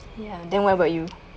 ya then what about you